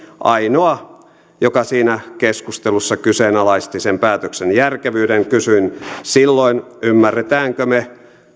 ainoa joka siinä keskustelussa kyseenalaisti sen päätöksen järkevyyden kysyin silloin ymmärrämmekö me